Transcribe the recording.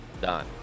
done